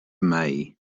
may